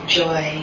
joy